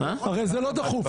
יש לנו נציג ממשלה?